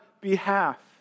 behalf